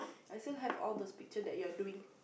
I still have all those picture that you are doing